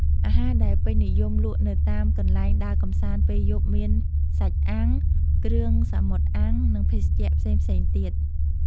អាហារដែលពេញនិយមលក់នៅតាមកន្លែងដើរកម្សាន្តពេលយប់មាន សាច់អាំង គ្រឿងសមុទ្រអាំង និងភេសជ្ជៈផ្សេងៗទៀត។